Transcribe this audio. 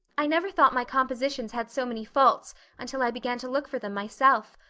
i never thought my compositions had so many faults until i began to look for them myself.